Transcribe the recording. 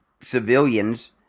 civilians